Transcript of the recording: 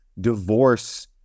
divorce